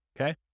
Okay